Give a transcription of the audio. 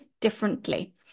differently